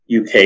uk